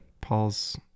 paul's